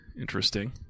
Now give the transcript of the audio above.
Interesting